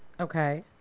Okay